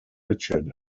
richard